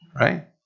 right